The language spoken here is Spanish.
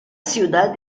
ciudad